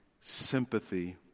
sympathy